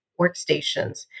workstations